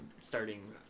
starting